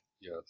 Yes